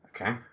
Okay